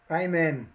amen